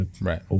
Right